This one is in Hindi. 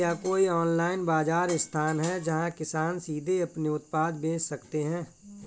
क्या कोई ऑनलाइन बाज़ार स्थान है जहाँ किसान सीधे अपने उत्पाद बेच सकते हैं?